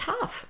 tough